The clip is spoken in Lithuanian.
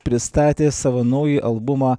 pristatė savo naują albumą